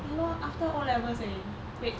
ya lor after O levels eh wait